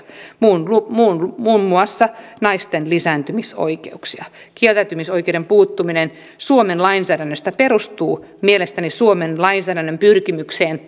muun muun muassa naisten lisääntymisoikeuksia kieltäytymisoikeuden puuttuminen suomen lainsäädännöstä perustuu mielestäni suomen lainsäädännön pyrkimykseen